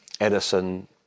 Edison